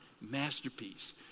masterpiece